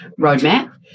roadmap